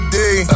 day